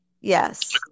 Yes